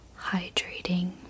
hydrating